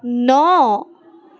ন